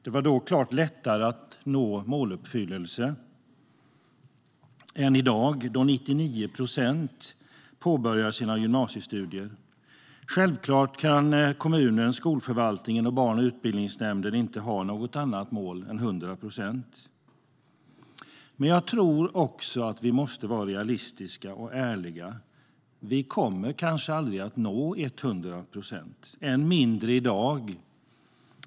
Det var då klart lättare att nå måluppfyllelse än i dag då 99 procent påbörjar sina gymnasiestudier. Självklart kan kommunen, skolförvaltningen och barn och utbildningsnämnden inte ha något annat mål än 100 procent. Men jag tror också att vi måste vara realistiska och ärliga. Vi kommer kanske aldrig att nå 100 procent, än mindre i dag.